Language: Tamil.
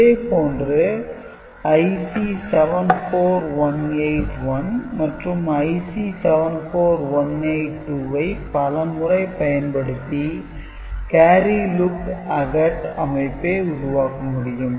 இதே போன்று IC 74181 மற்றும் IC 74182 ஐ பல முறை பயன்படுத்தி 'carry look ahead' அமைப்பை உருவாக்க முடியும்